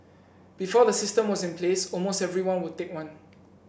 before the system was in place almost everyone would take one